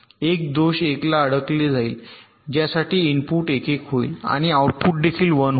एक दोष 1 ला अडकले जाईल ज्यासाठी इनपुट 1 1 होईल आणि आउटपुट देखील 1 होईल